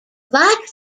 like